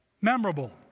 memorable